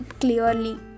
clearly